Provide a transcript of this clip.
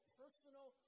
personal